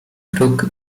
kruk